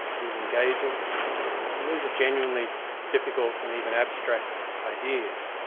he was engaging and these are genuinely difficult and even abstract ideas.